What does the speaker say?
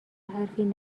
حرفی